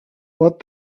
what